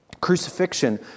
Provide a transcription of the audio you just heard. Crucifixion